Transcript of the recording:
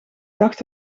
dacht